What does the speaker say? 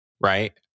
right